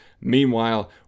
Meanwhile